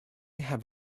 have